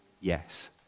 yes